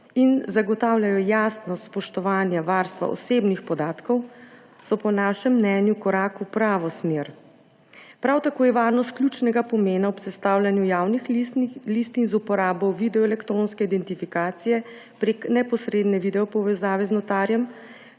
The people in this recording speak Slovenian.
in zagotavljajo jasnost spoštovanja varstva osebnih podatkov, so po našem mnenju korak v pravo smer. Prav tako je varnost ključnega pomena ob sestavljanju javnih listin z uporabo videoelektronske identifikacije prek neposredne videopovezave z notarjem